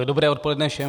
Dobré odpoledne všem.